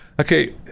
okay